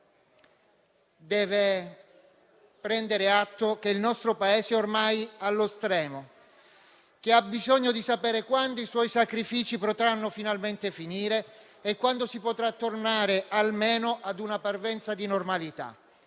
questo Governo deve prendere atto che il nostro Paese ormai è allo stremo e ha bisogno di sapere quando i suoi sacrifici potranno finalmente finire e quando si potrà tornare almeno a una parvenza di normalità.